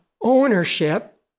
ownership